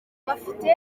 bafite